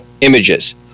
images